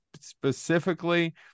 specifically